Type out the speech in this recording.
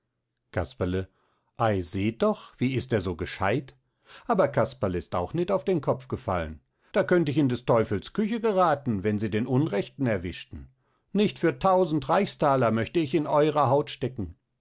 casperle ei seht doch wie ist er so gescheidt aber casparle ist auch nit auf den kopf gefallen da könnt ich in des teufels küche gerathen wenn sie den unrechten erwischten nicht für tausend reichsthaler möcht ich in eurer haut stecken